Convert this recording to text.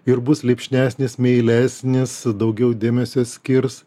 ir bus lipšnesnis meilesnis daugiau dėmesio skirs